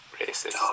Racist